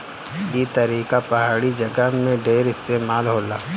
ई तरीका पहाड़ी जगह में ढेर इस्तेमाल होला